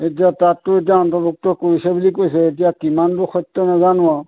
এতিয়া তাততো এতিয়া অন্তৰ্ভুক্ত কৰিছে বুলি কৈছে এতিয়া কিমান দূৰ সত্য নাজানো আৰু